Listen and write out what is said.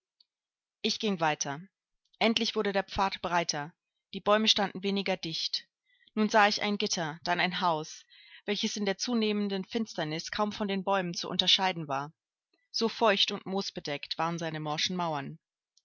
ich ging weiter endlich wurde der pfad breiter die bäume standen weniger dicht nun sah ich ein gitter dann ein haus welches in der zunehmenden finsternis kaum von den bäumen zu unterscheiden war so feucht und moosbedeckt waren seine morschen mauern